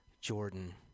Jordan